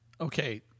Okay